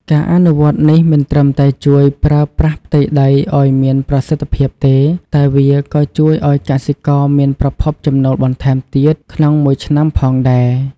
ការអនុវត្តនេះមិនត្រឹមតែជួយប្រើប្រាស់ផ្ទៃដីឱ្យមានប្រសិទ្ធភាពទេ តែវាក៏ជួយឱ្យកសិករមានប្រភពចំណូលបន្ថែមទៀតក្នុងមួយឆ្នាំផងដែរ។